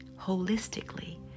holistically